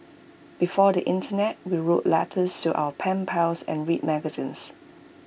before the Internet we wrote letters to our pen pals and read magazines